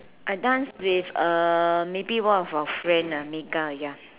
I dance with uh maybe one of our friend ah Mika ya